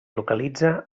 localitza